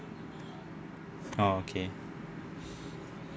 okay